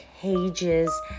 cages